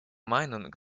meinung